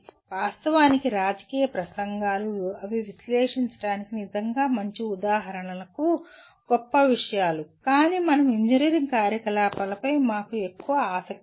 వాస్తవానికి రాజకీయ ప్రసంగాలు అవి విశ్లేషించడానికి నిజంగా మంచి ఉదాహరణలకు గొప్ప విషయాలు కానీ మనము ఇంజనీరింగ్ కార్యకలాపాలపై మాకు ఎక్కువ ఆసక్తి ఉంది